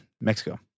Mexico